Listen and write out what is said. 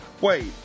Wait